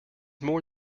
more